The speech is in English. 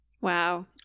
Wow